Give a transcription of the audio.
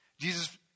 Jesus